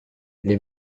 les